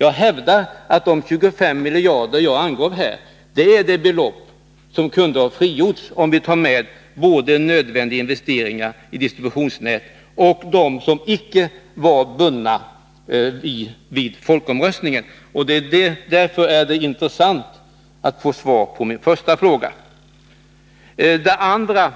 Jag hävdar att de 25 miljarder jag angav är ett belopp som kunde ha frigjorts, om vi räknar med både nödvändiga investeringar i distributionsnätet och sådana som icke var bundna vid folkomröstningen. Därför är det intressant att få svar på min första fråga. Jag är